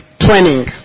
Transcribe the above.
training